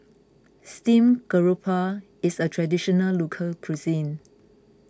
Steamed Garoupa is a Traditional Local Cuisine